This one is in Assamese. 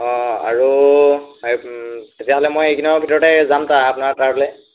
অঁ আৰু তেতিয়াহ'লে মই এইদিনৰ ভিতৰতে যাম তাৰ আপোনাৰ তালৈ